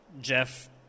Jeff